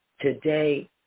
today